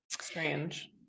Strange